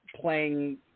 playing